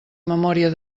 memòria